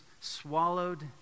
swallowed